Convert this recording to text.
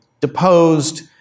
deposed